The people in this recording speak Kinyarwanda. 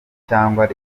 cyangwa